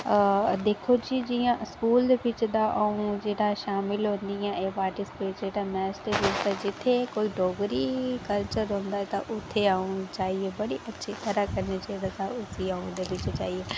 दिक्खो जी जि'यां स्कूल दे बिच शामिल होनी ऐं ते एह् पार्टिस्पेट जेह्का जित्थै डोगरी कल्चर होऐ ते उत्थै अंऊ जाइयै बड़ी अच्छी तरह कन्नै जेह्का कि अं'ऊ दिलै च जाइयै पार्टिस्पेट करनी आं